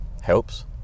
helps